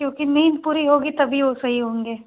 क्योंकि नीन्द पूरी होगी तभी वह सही होंगे